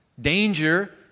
danger